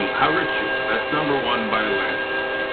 um how rich you are. that's number one by a landslide.